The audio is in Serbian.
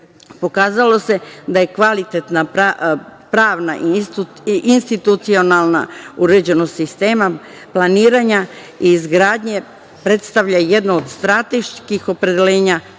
pokazalo se da je kvalitetna pravna i institucionalna uređenost sistema, planiranje i izgradnja, da predstavlja jedno od strateških opredeljenja,